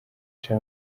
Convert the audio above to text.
cha